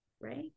right